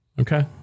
Okay